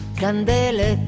candele